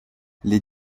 les